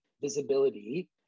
visibility